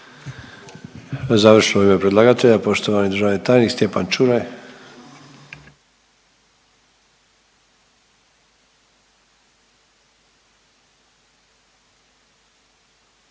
Završno u ime predlagatelja, poštovani državni tajnik Stjepan Čuraj.